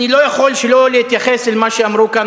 אני לא יכול שלא להתייחס למה שאמרו כאן